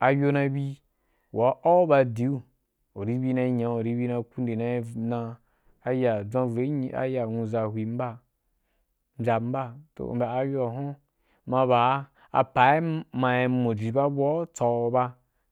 ayo na bi waa au ba diu u ri bi na nyau u ri bi na ku nde na dʒava i nyi na aya nwuʒa mbyan ba hwim ba ayoa huan ma ba apa mai moji abu u tsauba.